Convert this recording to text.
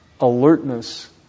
alertness